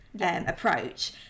approach